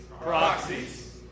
Proxies